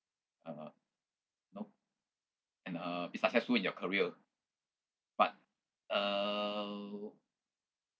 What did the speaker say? uh you know and uh be successful in your career but uh